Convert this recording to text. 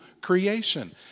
creation